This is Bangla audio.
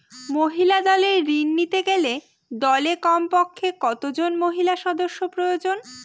মহিলা দলের ঋণ নিতে গেলে দলে কমপক্ষে কত জন মহিলা সদস্য প্রয়োজন?